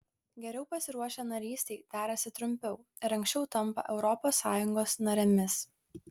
geriau pasiruošę narystei derasi trumpiau ir anksčiau tampa europos sąjungos narėmis